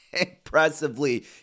impressively